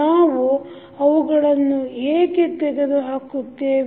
ನಾವು ಅವುಗಳನ್ನು ಏಕೆ ತೆಗೆದು ಹಾಕುತ್ತೇವೆ